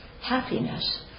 happiness